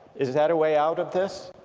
is that a way out of this?